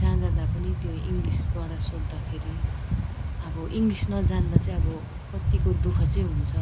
जहाँ जाँदा पनि त्यो इङ्गलिसबाट सोद्धाखेरि अब इङ्गलिस नजान्दा चाहिँ अब कत्तिको दुःख चाहिँ हुन्छ